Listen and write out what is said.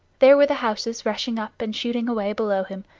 there were the houses rushing up and shooting away below him,